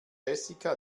jessica